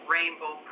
Rainbow